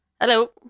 Hello